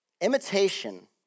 Imitation